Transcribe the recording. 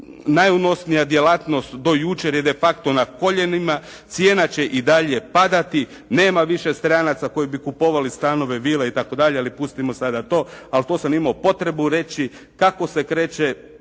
Najunosnija djelatnost do jučer je de facto na koljenima. Cijena će i dalje padati. Nema više stranaca koji bi kupovali stanove, vile i tako dalje ali pustimo sada to. Ali to sam imao potrebu reći kako se kreće